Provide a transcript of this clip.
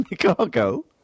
Chicago